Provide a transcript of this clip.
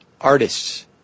artists